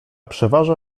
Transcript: przeważa